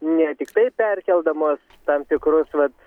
ne tiktai perkeldamos tam tikrus vat